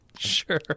sure